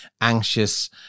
anxious